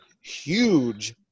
huge